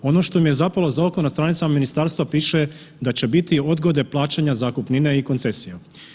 Ono što mi je zapelo za oko, na stranicama ministarstva piše da će biti odgode plaćanja zakupnine i koncesijom.